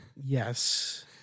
Yes